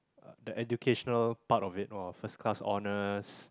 the educational part of it of first class honours